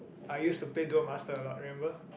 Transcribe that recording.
I used to play Duel-Master a lot remember